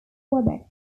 quebec